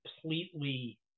completely